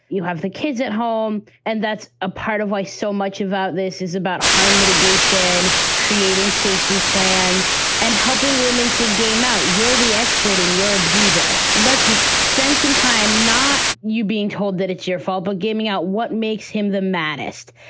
you have the kids at home and that's a part of why so much of this is about harm mitigation, creating safety plans and helping women to game out. you're the expert in your abuser. let's spend some time, not you being told that it's your fault, but gaming out what makes him the maddest.